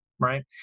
Right